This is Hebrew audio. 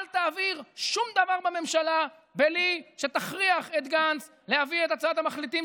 אל תעביר שום דבר בממשלה בלי שתכריח את גנץ להביא את הצעת המחליטים,